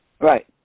Right